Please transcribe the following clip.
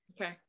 Okay